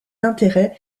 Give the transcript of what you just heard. intérêts